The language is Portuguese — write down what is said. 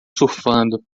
surfando